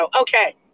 Okay